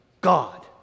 God